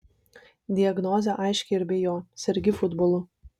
diagnozė aiški ir be jo sergi futbolu